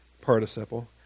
participle